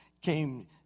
came